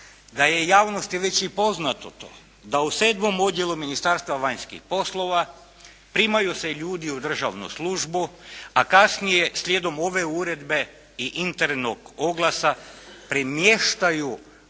da je javnosti već i poznato to, da u sedmom odjelu Ministarstva vanjskih poslova primaju se ljudi u državnu službu, a kasnije slijedom ove uredbe i internog oglasa premještaju